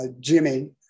Jimmy